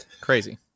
crazy